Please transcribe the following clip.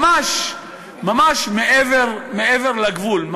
ממש מעבר לגבול,